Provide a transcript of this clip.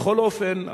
בכל אופן,